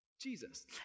Jesus